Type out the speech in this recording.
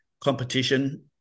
Competition